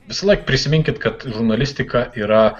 visąlaik prisiminkit kad žurnalistika yra